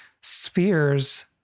spheres